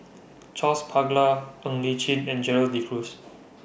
Charles Paglar Ng Li Chin and Gerald De Cruz